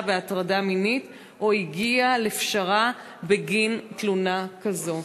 בהטרדה מינית או הגיע לפשרה בגין תלונה כזאת.